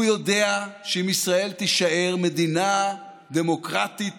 הוא יודע שאם ישראל תישאר מדינה דמוקרטית